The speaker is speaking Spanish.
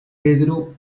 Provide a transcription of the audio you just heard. pedro